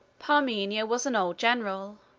parmenio was an old general,